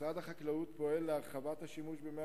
משרד החקלאות פועל להרחבת השימוש במי